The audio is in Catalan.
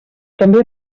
també